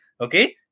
okay